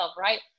right